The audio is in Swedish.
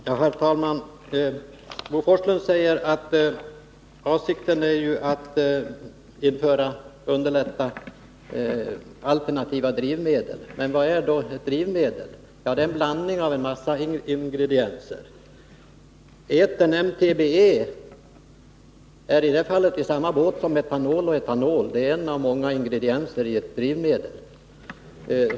Herr talman! Bo Forslund säger att avsikten är att underlätta tillkomsten av alternativa drivmedel. Vad är då ett drivmedel? Det är en blandning av en mängd ingredienser. Man sitter när det gäller etern MTBE i det fallet så att säga i samma båt som när det gäller etanol och metanol — den är en av många ingredienser i ett drivmedel.